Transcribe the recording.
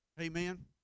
Amen